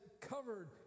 covered